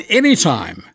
anytime